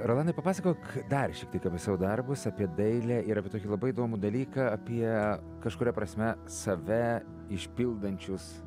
rolandai papasakok dar šiek tiek apie savo darbus apie dailę ir apie tokį labai įdomų dalyką apie kažkuria prasme save išpildančius